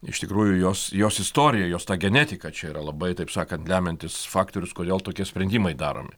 iš tikrųjų jos jos istorija jos ta genetika čia yra labai taip sakant lemiantis faktorius kodėl tokie sprendimai daromi